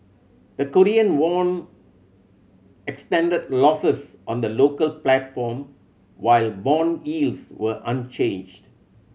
the Korean won extended losses on the local platform while bond yields were unchanged